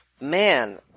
Man